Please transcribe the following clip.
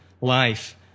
life